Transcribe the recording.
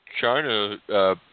China –